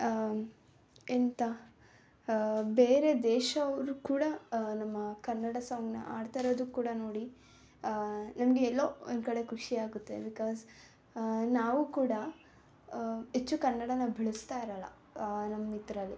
ಎಂಥ ಬೇರೆ ದೇಶದವ್ರು ಕೂಡ ನಮ್ಮ ಕನ್ನಡ ಸಾಂಗ್ನ ಆಡ್ತಾಯಿರೋದು ಕೂಡ ನೋಡಿ ನನಗೆ ಎಲ್ಲೋ ಒಂದು ಕಡೆ ಖುಷಿಯಾಗುತ್ತೆ ಬಿಕಾಸ್ ನಾವು ಕೂಡ ಹೆಚ್ಚು ಕನ್ನಡನ ಬಳಸ್ತಾ ಇರೋಲ್ಲ ನಮ್ಮ ಇದರಲ್ಲಿ